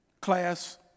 class